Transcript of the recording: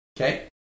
Okay